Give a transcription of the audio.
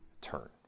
turn